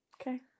Okay